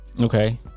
Okay